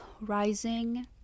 rising